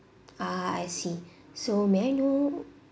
ah I see so may I know